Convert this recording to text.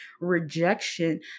rejection